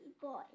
boy